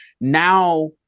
now